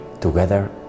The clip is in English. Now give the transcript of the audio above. together